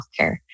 healthcare